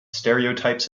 stereotypes